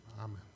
Amen